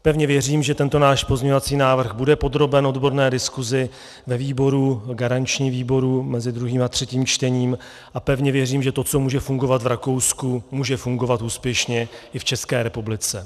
Pevně věřím, že tento náš pozměňovací návrh bude podroben odborné diskusi ve výboru, v garančním výboru, mezi druhým a třetím čtením, a pevně věřím, že to, co může fungovat v Rakousku, může fungovat úspěšně i v České republice.